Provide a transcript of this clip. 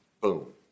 Boom